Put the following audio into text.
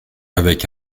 avec